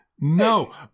No